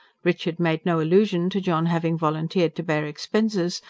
richard made no allusion to john having volunteered to bear expenses,